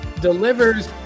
delivers